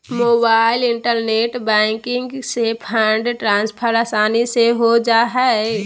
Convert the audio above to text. mobile internet banking से fund transfer आसानी से हो जा हइ